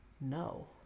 no